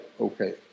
okay